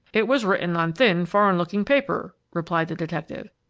it was written on thin, foreign-looking paper, replied the detective,